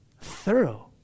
thorough